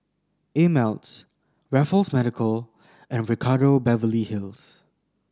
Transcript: Ameltz Raffles Medical and Ricardo Beverly Hills